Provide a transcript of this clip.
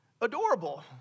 adorable